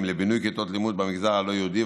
לבינוי כיתות לימוד במגזר הלא-יהודי,